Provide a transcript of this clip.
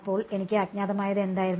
അപ്പോൾ എനിക്ക് അജ്ഞാതമായത് എന്തായിരുന്നു